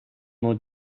nur